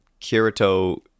Kirito